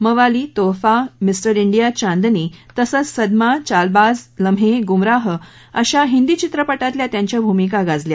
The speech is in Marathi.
मवाली तोहफा मिस्टर इंडिया चांदनी तसंच सदमा चालबाज लम्हे गुमराह अशा हिंदी चित्रपटातल्या त्यांच्या भूमिका गाजल्या